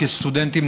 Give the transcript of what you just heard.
כסטודנטים,